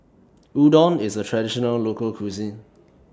Udon IS A Traditional Local Cuisine